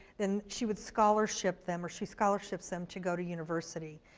then she would scholarship them, or she scholarships them to go to university.